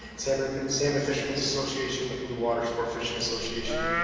salmon um salmon fisherman's association, the blue water sport fishing association,